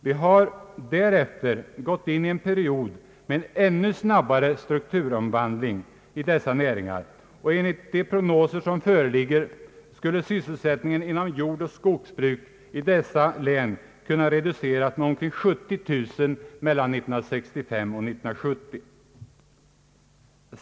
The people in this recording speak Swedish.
Vi har därefter gått in i en period med ännu snabbare strukturomvandling i dessa näringar, och enligt de prognoser som föreligger skulle sysselsättningen inom jordoch skogsbruk i dessa län kunna reduceras med omkring 70 000 arbetstillfällen mellan åren 1965 och 1970.